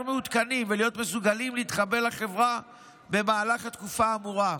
מעודכנים ולהיות מסוגלים להתחבר לחברה במהלך התקופה האמורה.